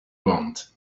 want